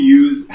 use